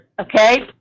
Okay